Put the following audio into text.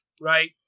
right